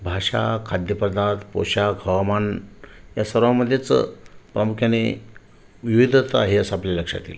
भाषा खाद्यपदार्थ पोशाख हवामान या सर्वामध्येच प्रामुख्याने विविधता आहे असं आपल्याला लक्षात येईल